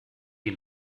die